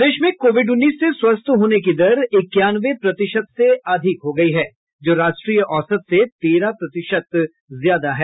प्रदेश में कोविड उन्नीस से स्वस्थ होने की दर इक्यानवे प्रतिशत से अधिक हो गयी है जो राष्ट्रीय औसत से तेरह प्रतिशत ज्यादा है